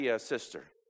sister